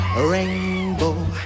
rainbow